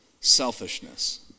selfishness